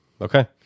Okay